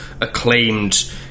acclaimed